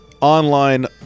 online